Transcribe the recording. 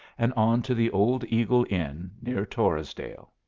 and on to the old eagle inn, near torresdale.